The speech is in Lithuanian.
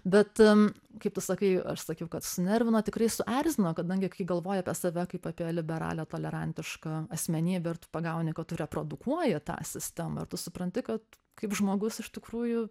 bet kaip tu sakai aš sakiau kad sunervino tikrai suerzino kadangi kai galvoji apie save kaip apie liberalią tolerantišką asmenybę ir tu pagauni kad tu reprodukuoji tą sistemą ir tu supranti kad kaip žmogus iš tikrųjų